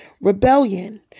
Rebellion